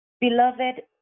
Beloved